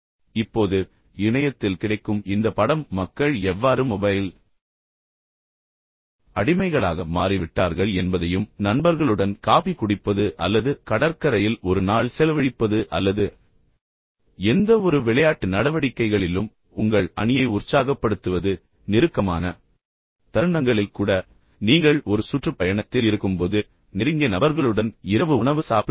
இப்போது இணையத்தில் கிடைக்கும் இந்த படம் மக்கள் எவ்வாறு மொபைல் அடிமைகளாக மாறிவிட்டார்கள் என்பதையும் நண்பர்களுடன் காபி குடிப்பது அல்லது கடற்கரையில் ஒரு நாள் செலவழிப்பது அல்லது எந்தவொரு விளையாட்டு நடவடிக்கைகளிலும் உங்கள் அணியை உற்சாகப்படுத்துவது அல்லது நெருக்கமான தருணங்களில் கூட அல்லது நீங்கள் ஒரு சுற்றுப்பயணத்தில் இருக்கும்போது நீங்கள் சுற்றிப் பார்க்கும்போது அல்லது நெருங்கிய நபர்களுடன் இரவு உணவு சாப்பிடும்போது